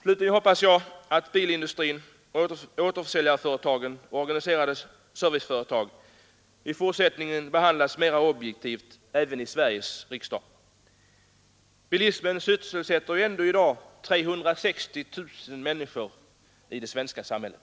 Slutligen hoppas jag att bilindustrin, återförsäljarföretagen och de organiserade serviceföretagen i fortsättningen kommer att behandlas mera objektivt även i Sveriges riksdag. Bilismen sysselsätter ju ändå i dag 360 000 människor i det svenska samhället.